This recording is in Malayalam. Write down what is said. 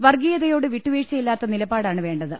വർഗീ യതയോട് വിട്ടു വീഴ്ചയില്ലാത്ത നിലപാടാണ് വേണ്ടത്